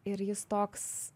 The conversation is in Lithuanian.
ir jis toks